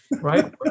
right